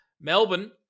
Melbourne –